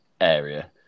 area